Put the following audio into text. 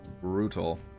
brutal